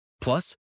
Plus